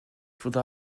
faudra